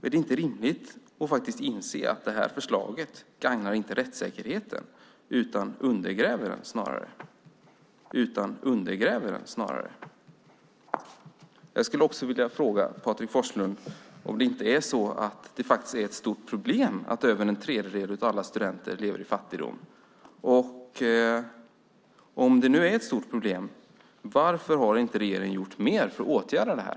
Är det inte rimligt att faktiskt inse att detta förslag inte gagnar rättssäkerheten utan snarare undergräver den? Jag skulle också vilja fråga Patrik Forslund om det inte är så att det faktiskt är ett stort problem att över en tredjedel av alla studenter lever i fattigdom. Och om det nu är ett stort problem, varför har inte regeringen gjort mer för att åtgärda detta?